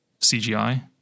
CGI